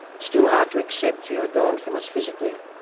still hard to accept you are gone from us physically.